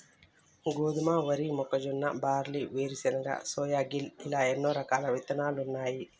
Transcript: గోధుమ, వరి, మొక్కజొన్న, బార్లీ, వేరుశనగ, సోయాగిన్ ఇలా ఎన్నో రకాలు ఇత్తనాలున్నాయి